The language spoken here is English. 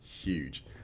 huge